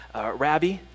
Rabbi